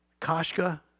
kashka